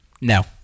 No